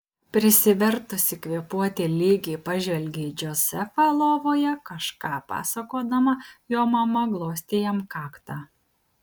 prisivertusi kvėpuoti lygiai pažvelgė į džozefą lovoje kažką pasakodama jo mama glostė jam kaktą